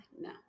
No